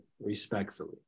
respectfully